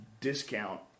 discount